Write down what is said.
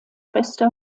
bester